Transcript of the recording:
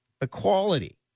Equality